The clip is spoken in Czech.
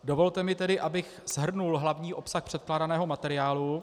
Dovolte mi tedy, abych shrnul hlavní obsah předkládaného materiálu.